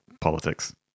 politics